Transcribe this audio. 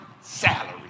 salary